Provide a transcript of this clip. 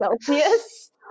Celsius